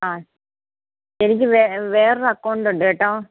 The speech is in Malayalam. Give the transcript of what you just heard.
ആ എനിക്ക് വേറെ വേറൊരു അക്കൗണ്ടൊണ്ട് കേട്ടോ